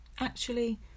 Actually